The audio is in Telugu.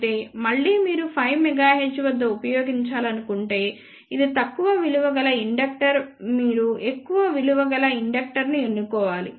అయితే మళ్ళీ మీరు 5 MHz వద్ద ఉపయోగించాలనుకుంటే ఇది తక్కువ విలువ గల ఇండక్టర్ మీరు ఎక్కువ విలువ గల ఇండక్టర్ ను ఎన్నుకోవాలి